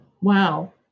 wow